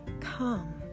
Come